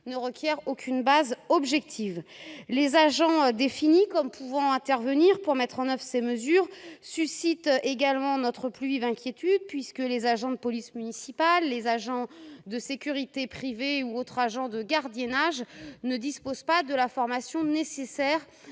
ne requiert aucune base objective les agents définie comme pouvant intervenir pour mettre en 9, ces mesures suscitent également notre plus vives inquiétudes puisque les agents de police municipale, les agents de sécurité privés ou autres agents de gardiennage ne dispose pas de la formation nécessaire